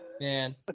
Man